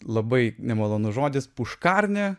labai nemalonus žodis puškarnė